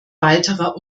weiterer